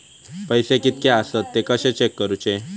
पैसे कीतके आसत ते कशे चेक करूचे?